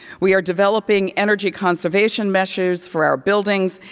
we are developing energy conservation measures for our buildings,